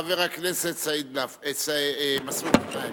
חבר הכנסת מסעוד גנאים.